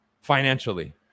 financially